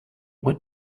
what